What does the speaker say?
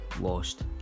lost